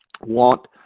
want